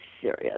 serious